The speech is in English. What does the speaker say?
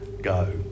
go